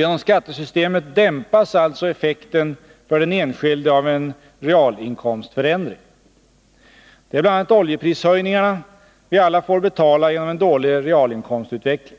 Genom skattesystemet dämpas alltså effekten för den enskilde av en realinkomstförändring. Det är bl.a. oljeprishöjningarna vi alla får betala genom en dålig realinkomstutveckling.